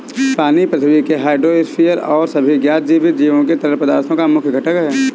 पानी पृथ्वी के हाइड्रोस्फीयर और सभी ज्ञात जीवित जीवों के तरल पदार्थों का मुख्य घटक है